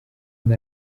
ngo